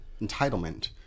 entitlement